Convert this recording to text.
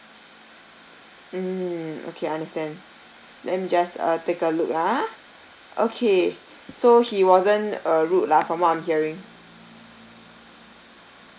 mm okay understand let me just uh take a look ah okay so he wasn't uh rude lah from what I'm hearing